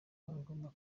agomba